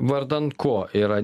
vardan ko yra